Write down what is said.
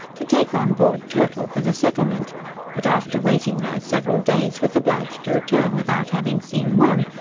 to take on board turtle for the settlement but after waiting there several days was obliged to return without having seen one,